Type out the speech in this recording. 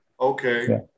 Okay